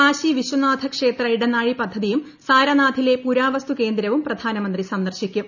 കാശി വിശ്വനാഥ ക്ഷേത്ര ഇടനാഴി പദ്ധതിയും സാരനാഥിലെ പുരാവസ്തു ്കേന്ദ്രവും പ്രധാനമന്ത്രി സന്ദർശിക്കും